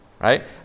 right